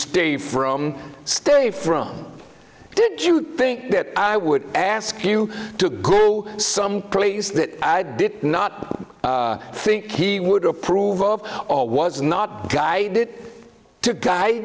stay from stay from did you think that i would ask you to go someplace that i did not think he would approve of or was not guided to gu